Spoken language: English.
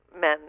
men